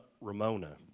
Ramona